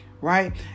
right